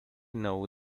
know